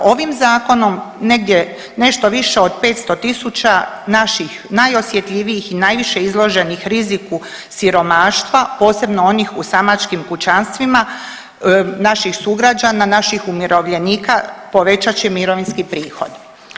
Ovim Zakonom negdje nešto više od 500 tisuća naših najosjetljivijih i najviše izloženih riziku siromaštva, posebno onih u samačkim kućanstvima, naših sugrađana, naših umirovljenika, povećat će mirovinski prihod.